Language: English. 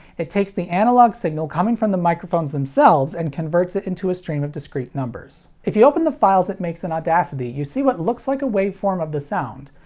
it takes the analog signal coming from the microphones themselves and converts it into a stream of discrete numbers. if you open the files it makes in audacity, you see what looks like a waveform of the sound.